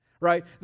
Right